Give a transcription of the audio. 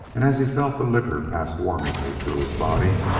and as he felt the liquor pass warmingly through his body,